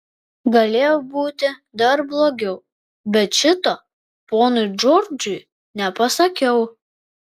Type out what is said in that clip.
galėjo būti dar blogiau bet šito ponui džordžui nepasakiau